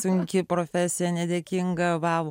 sunki profesija nedėkinga vau